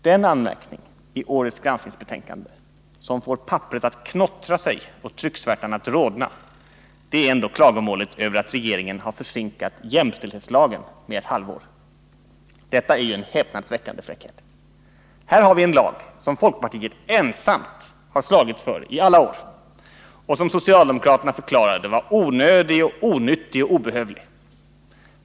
Den anmärkning i årets granskningsbetänkande som får papperet att knottra sig och trycksvärtan att rodna är ändå klagomålet över att regeringen har försinkat jämställdhetslagen med ett halvår. Detta är ju en häpnadsväckande fräckhet. Här har vi en lag som folkpartiet ensamt har slagits för i alla år och som socialdemokraterna förklarade vara onödig och onyttig och obehövlig.